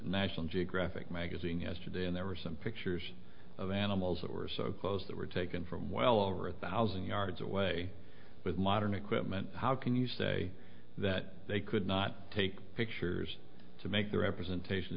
national geographic magazine yesterday and there were some pictures of animals that were so close that were taken from well over a thousand yards away with modern equipment how can you say that they could not take pictures to make the representation